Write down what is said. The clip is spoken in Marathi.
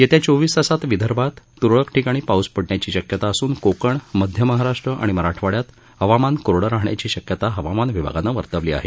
येत्या चोवीस तासात विदर्भात त्रळक ठिकाणी पाऊस पडण्याची शक्यता असून कोकण मध्य महाराष्ट्र आणि मराठवाड्यात हवामान कोरडं राहण्याची शक्यता हवामान विभागानं वर्तवली आहे